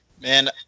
Man